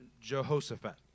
Jehoshaphat